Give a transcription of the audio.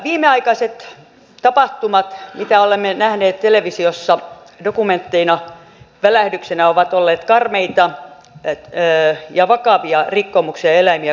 viimeaikaiset tapahtumat mitä olemme nähneet televisiossa dokumentteina välähdyksinä ovat olleet karmeita ja vakavia rikkomuksia eläimiä kohtaan